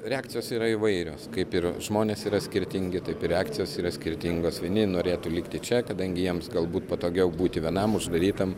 reakcijos yra įvairios kaip ir žmonės yra skirtingi taip ir reakcijos yra skirtingos vieni norėtų likti čia kadangi jiems galbūt patogiau būti vienam uždarytam